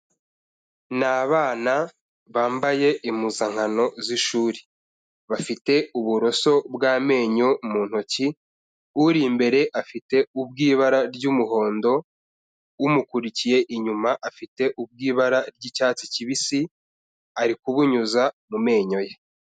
Ni abana bambaye impuzankano z'ishuri, bafite uburoso bw'amenyo mu ntoki, uri imbere afite ubw'ibara ry'umuhondo, umukurikiye inyuma afite ubw'ibara ry'icyatsi kibisi ari kubunyuza mu menyo ye.